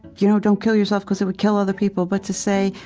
you know don't kill yourself cause it would kill other people, but to say,